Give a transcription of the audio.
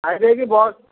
ଖାଇ ଦେଇକି ବସ୍